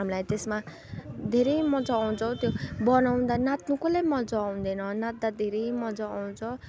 हामीलाई त्यसमा धेरै मजा आउँछ त्यो बनाउँदा नाच्नु कसलाई मजा आउँदैन नाच्दा धेरै मजा आउँछ